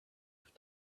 have